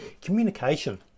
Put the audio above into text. communication